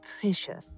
pressure